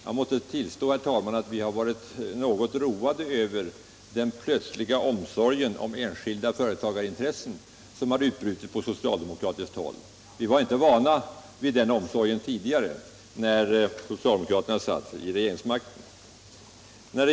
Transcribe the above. Jag måste tillstå att vi har varit något roade över den plötsliga och rörande omsorg om enskilda företagarintressen som har utbrutit på socialdemokratiskt håll. Vi var inte vana vid den omsorgen tidigare, när socialdemokraterna innehade regeringsmakten.